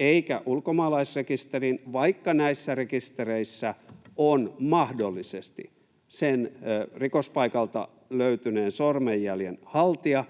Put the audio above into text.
eikä ulkomaalaisrekisteriin, vaikka näissä rekistereissä on mahdollisesti sen rikospaikalta löytyneen sormenjäljen haltija,